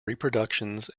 reproductions